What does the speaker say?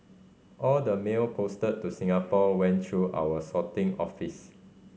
all the mail posted to Singapore went through our sorting office